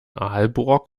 aalborg